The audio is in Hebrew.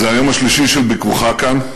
זה היום השלישי של ביקורך כאן,